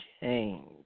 change